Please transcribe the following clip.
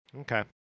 Okay